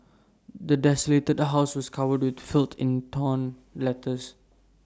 the desolated house was covered in filth and torn letters